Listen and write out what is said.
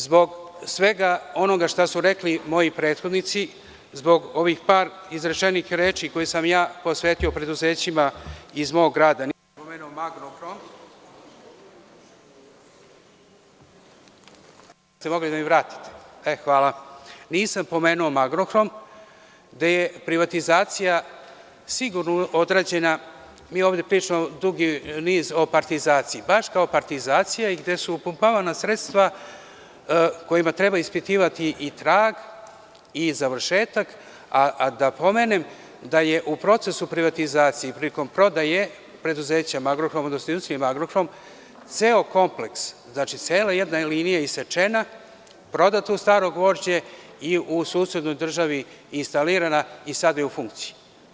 Zbog svega onoga što su rekli moji prethodnici, zbog ovih par izrečenih reči koje sam posvetio preduzećima iz mog grada, nisam pomenuo „Magnohrom“, gde je privatizacija sigurno odrađena, ovde pričamo o partizaciji, baš kao partizacija i gde su upumpavana sredstva kojima treba ispitivati i trag i završetak, a da pomenem da je u procesu privatizacije i prilikom prodaje preduzeća „Magnohrom“, ceo kompleks, cela jedna linija isečena, prodato u staro gvožđe i u susednoj državi instalirana i sad je u funkciji.